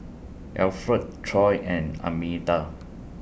Alfred Troy and Armida